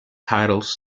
titles